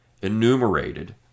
enumerated